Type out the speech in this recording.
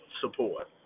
Support